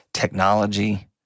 Technology